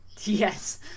Yes